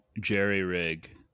jerry-rig